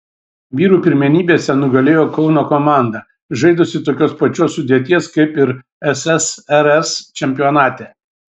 vyrų pirmenybėse nugalėjo kauno komanda žaidusi tokios pačios sudėties kaip ir ssrs čempionate